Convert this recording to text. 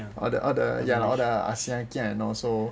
all the all the ah sia kia and also